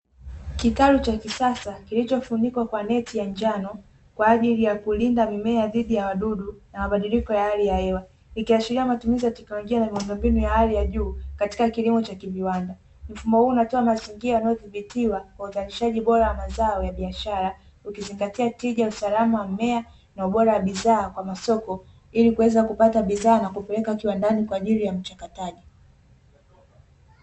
Kitalu cha kisasa kilichofunikwa kwa neti ya njano kwa ajili ya kulinda mimea dhidi ya wadudu na mabadiliko ya hali ya hewa. Ikiashiria matumizi ya teknolojia na miundombinu ya hali ya juu katika kilimo cha kiviwanda. Mfumo huu unatoa mazingira yanayothibitiwa kwa uzalishaji bora wa mazao ya biashara ukizingatia tija, usalama wa mimea na ubora wa bidhaa kwa masoko ili kuweza kupata bidhaa na kupeleka kiwandani kwa ajili ya mchakataji.